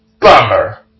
Bummer